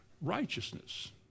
righteousness